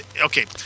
okay